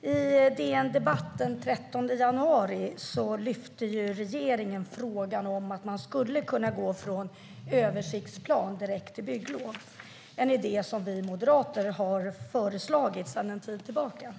I DN Debatt den 13 januari lyfte regeringen upp frågan om att man skulle kunna gå från översiktsplan direkt till bygglov. Det är en idé som vi moderater har föreslagit sedan en tid tillbaka.